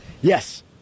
Yes